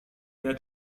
dia